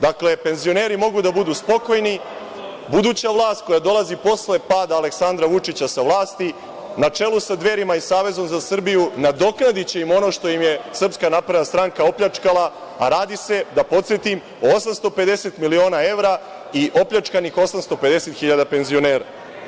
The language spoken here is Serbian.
Dakle, penzioneri mogu da budu spokojni, buduća vlast koja dolazi posle pada Aleksandra Vučića sa vlasti, na čelu sa Dverima i Savezom za Srbiju nadoknadiće im ono što im je SNS opljačkala, a radi se, da podsetim, o 850 miliona evra i opljačkanih 850 hiljada penzionera.